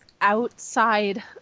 outside